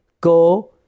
go